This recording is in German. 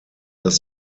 das